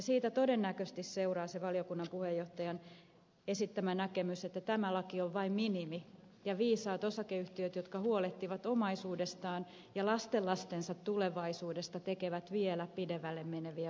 siitä todennäköisesti seuraa se valiokunnan puheenjohtajan esittämä näkemys että tämä laki on vain minimi ja viisaat osakeyhtiöt jotka huolehtivat omaisuudestaan ja lastenlastensa tulevaisuudesta tekevät vielä pidemmälle meneviä uudistuksia